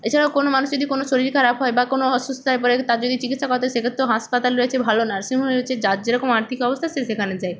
এছাড়াও কোনো মানুষ যদি কোনো শরীর খারাপ হয় বা কোনো অসুস্থ হয়ে পড়ে তার যদি চিকিৎসা করাতে হয় সেক্ষেত্রেও হাসপাতাল রয়েছে ভালো নার্সিং হোম রয়েছে যার যেরকম আর্থিক অবস্থা সে সেখানে যায়